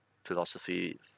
philosophy